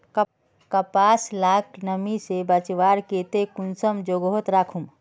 कपास लाक नमी से बचवार केते कुंसम जोगोत राखुम?